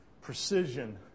precision